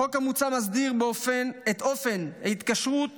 החוק המוצע מסדיר את אופן ההתקשרות